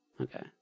okay